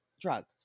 drugs